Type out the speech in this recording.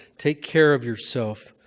take care of yourself.